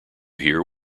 hear